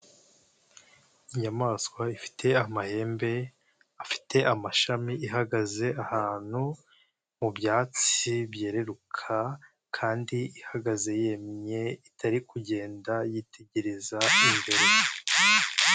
Inyamaswa ifite amahembe afite amashami, ihagaze ahantu mu byatsi byerreuka kandi ihagaze yemye, itari kugenda yitegereza imbere.